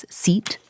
seat